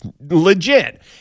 Legit